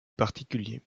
particulier